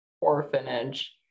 orphanage